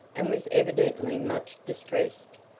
and was evidently much distressed.